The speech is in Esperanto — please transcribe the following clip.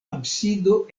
absido